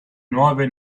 nuove